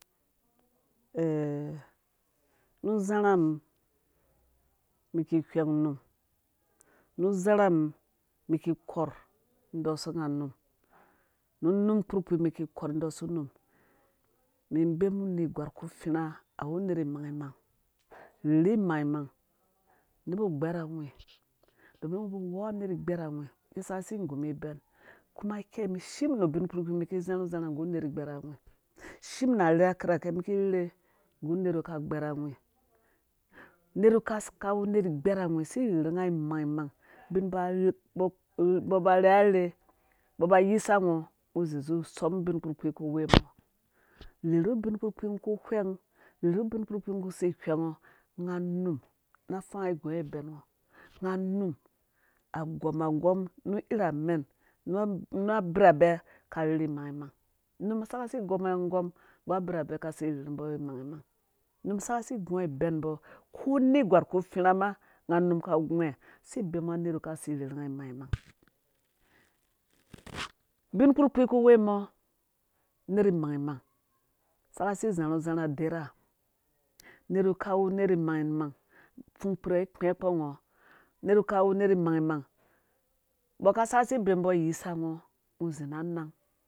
nu zharha mum mu ki whɛng num nu zharha mum mum ki korh dɔsu nga num nu nun kpurkpii mi ki korh dɔsa unum mi bee mum nerhgwar ku fiirha awu nerh imangmang rherhi imangmang nebu gbɛrhɔ awhi domin ba nya nerh igbɛrhawhɔ ki saka si gumum ibɛn kuma ikei. mi shim nu bin kpurkpi mi ki zharhu zharha nggu nerh igbɛrhawhi shiim na rherha kirke mi ki rherhe nggu nerh wi ka gberhawi nerh ka ka wu nerh igberhawi si fherhu nga imangmang ubin ba mbɔ ba rherha rherhe mbɔ ba yisa ngɔ ngɔ zi zu sɔm bin kpurkpii ku wemɔ rherhu ubin kpurkpi ngɔ ku whɛng nggu bin kpurkpii ngo ku shi whengɔ nga num na fa ai gunga ibɛn ngɔ nga num a go. agɔm nu irha mɛn na birhabe kasi rherhu mbɔ imangmang. num saka si gunga ibɛn mbɔ ko nerh gwar ku firha ma nga num ka ngwhe si bemu nga nerh wi kasi rherhu na mang mang ubin kpurkpi ku we mɔ nerh imangmang saka si zharhu zharha derha nerhwi kawu nerh imangmang pfung kpirhɛ ikpɛ kpɔ rha nga nerh wi kawu nerh imangmang mbɔ ka saka si bee mbɔ iyisa nga izi na nang